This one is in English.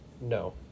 No